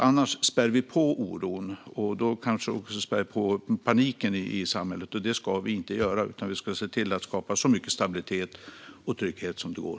Annars spär vi på oron, och då kanske vi spär på paniken i samhället. Det ska vi inte göra, utan vi ska se till att skapa så mycket stabilitet och trygghet som det går.